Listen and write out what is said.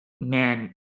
man